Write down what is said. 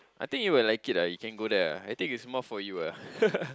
I think you would like it ah you can go there ah I think is more for you ah